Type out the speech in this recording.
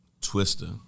twister